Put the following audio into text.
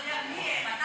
אתה לא יודע מי הן.